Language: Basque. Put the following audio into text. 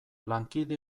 lankide